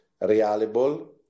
reliable